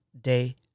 day